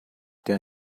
der